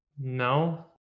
no